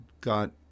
got